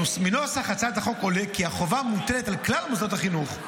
מנוסח הצעת החוק עולה כי החובה מוטלת על כלל מוסדות החינוך,